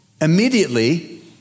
Immediately